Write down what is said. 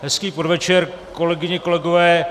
Hezký podvečer, kolegyně, kolegové.